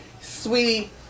Sweetie